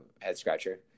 head-scratcher